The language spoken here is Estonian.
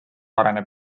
areneb